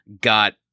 got